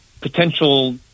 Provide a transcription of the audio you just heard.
potential